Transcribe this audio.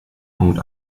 punkt